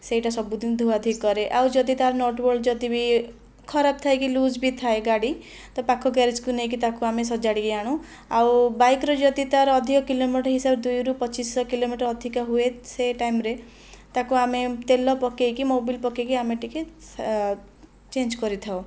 ସେଇଟା ସବୁଦିନ ଧୁଆ ଧୁଇ କରେ ଆଉ ଯଦି ତାର ନଟବୋଲ୍ଟ ଯଦି ବି ଖରାପ ଥାଇକି ଲୁଜ ବି ଥାଏ ଗାଡ଼ି ତ ପାଖ ଗ୍ୟାରେଜକୁ ନେଇକି ତାକୁ ଆମେ ସଜାଡ଼ିକି ଆଣୁ ଆଉ ବାଇକରେ ଯଦି ତାର ଅଧିକ କିଲୋମିଟର ହିସାବରେ ଦୁଇରୁ ପଚିଶ ଶହ କିଲୋମିଟର ଅଧିକା ହୁଏ ସେ ଟାଇମରେ ତାକୁ ଆମେ ତେଲ ପକେଇକି ମୋବିଲ ପକେଇକି ଆମେ ଟିକିଏ ଚେଞ୍ଜ କରିଥାଉ